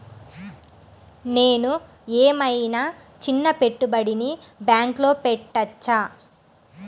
నేను ఏమయినా చిన్న పెట్టుబడిని బ్యాంక్లో పెట్టచ్చా?